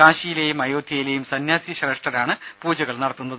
കാശിയിലേയും അയോധ്യയിലേയും സന്യാസി ശ്രേഷ്ഠരാണ് പൂജകൾ നടത്തുന്നത്